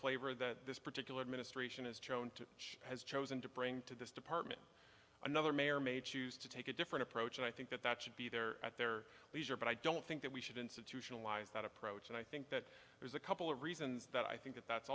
flavor that this particular administration has chosen to has chosen to bring to this department another may or may choose to take a different approach and i think that that should be there at their leisure but i don't think that we should institutionalize that approach and i think that there's a couple of reasons that i think that that's